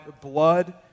blood